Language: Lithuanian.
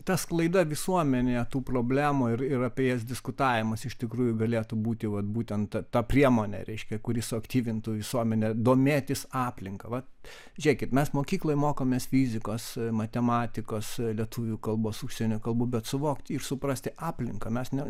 ta sklaida visuomenėje tų problemų ir ir apie jas diskutavimas iš tikrųjų galėtų būti vat būtent ta priemonė reiškia kuris suaktyvintų visuomenę domėtis aplinka vat žiūrėkit mes mokykloj mokomės fizikos matematikos lietuvių kalbos užsienio kalbų bet suvokti ir suprasti aplinką mes ne